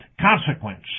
consequence